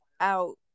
out